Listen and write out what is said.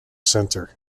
centre